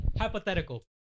Hypothetical